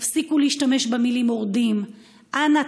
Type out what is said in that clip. תפסיקו להשתמש במילה "מורדים"; אנא,